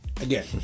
Again